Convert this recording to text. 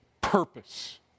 purpose